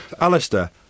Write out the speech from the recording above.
Alistair